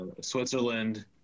Switzerland